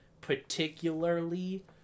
particularly